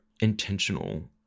intentional